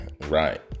right